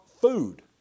food